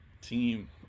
team